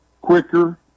quicker